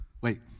Wait